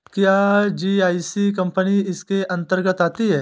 क्या GIC company इसके अन्तर्गत आती है?